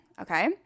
okay